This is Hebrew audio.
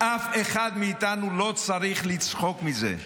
אף אחד מאיתנו לא צריך לצחוק מזה.